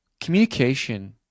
communication